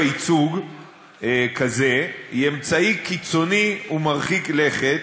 ייצוג כזה היא אמצעי קיצוני ומרחיק לכת,